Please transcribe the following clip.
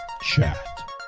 Chat